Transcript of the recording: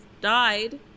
died